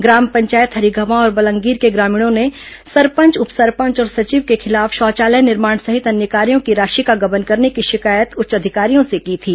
ग्राम पंचायत हरिगवां और बलंगीर के ग्रामीणों ने सरपंच उप सरपंच और संचिव के खिलाफ शौचालय निर्माण सहित अन्य कार्यो की राशि का गबन करने की शिकायत उच्च अधिकारियों से की थी